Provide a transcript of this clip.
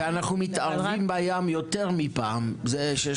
ואנחנו מתערבים בים יותר מפעם זה שיש